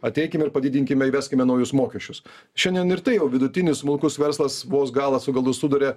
ateikim ir padidinkime įveskime naujus mokesčius šiandien ir tai jau vidutinis smulkus verslas vos galą su galu suduria